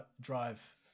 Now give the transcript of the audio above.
drive